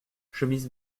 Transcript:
chemise